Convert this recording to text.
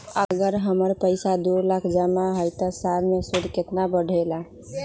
अगर हमर पैसा दो लाख जमा है त साल के सूद केतना बढेला?